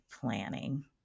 planning